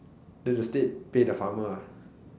no the state pay the farmer ah